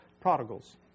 prodigals